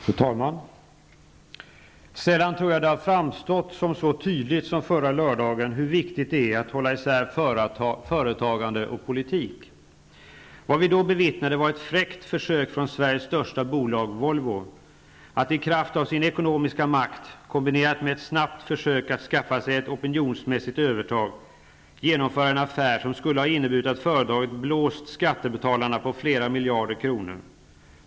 Fru talman! Sällan har det framstått som så tydligt som förra lördagen hur viktigt det är att hålla isär företagande och politik. Vad vi då bevittnade var ett fräckt försök från Sveriges största bolag, Volvo, att i kraft av sin ekonomiska makt, kombinerat med ett snabbt försök att skaffa sig ett opinionsmässigt övertag, genomföra en affär som skulle ha inneburit att företaget ''blåst'' skattebetalarna på flera miljarder kronor.